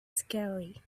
scary